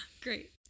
great